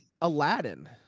Aladdin